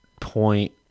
point